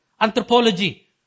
Anthropology